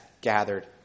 gathered